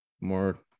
more